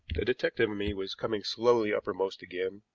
the detective in me was coming slowly uppermost again,